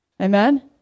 Amen